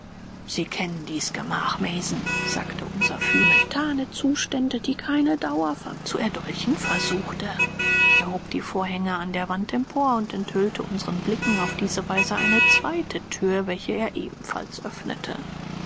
sie kennen dies gemach mason sagte unser führer hier war es ja wo sie sie biß und zu erdolchen versuchte er hob die vorhänge an der wand empor und enthüllte unseren blicken auf diese weise eine zweite thür welche er ebenfalls öffnete